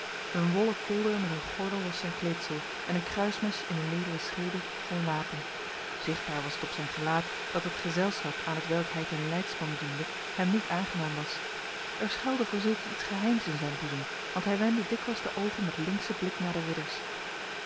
een wollen kolder met een gordel was zijn kleedsel en een kruismes in een lederen schede zijn wapen zichtbaar was het op zijn gelaat dat het gezelschap aan hetwelk hij ten leidsman diende hem niet aangenaam was er schuilde voorzeker iets geheims in zijn boezem want hij wendde dikwijls de ogen met linkse blik naar de ridders